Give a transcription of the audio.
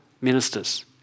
ministers